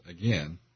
again